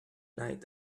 night